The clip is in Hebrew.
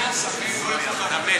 מי שצמא לא יכול?